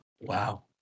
Wow